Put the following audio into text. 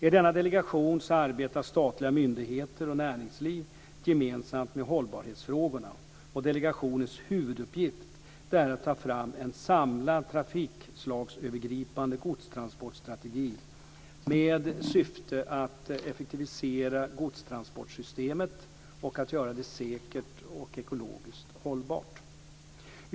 I denna delegation arbetar statliga myndigheter och näringsliv gemensamt med hållbarhetsfrågorna. Delegationens huvuduppgift är att ta fram en samlad trafikslagsövergripande godstransportstrategi med syfte att effektivisera godstransportsystemet och att göra det säkert och ekologiskt hållbart.